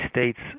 states